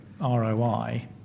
ROI